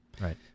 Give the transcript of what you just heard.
Right